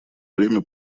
время